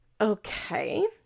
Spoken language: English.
Okay